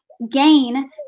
gain